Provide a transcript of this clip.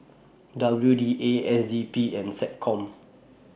W D A S D P and Seccom